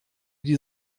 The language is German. die